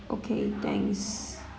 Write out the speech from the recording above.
okay thanks